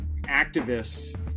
activists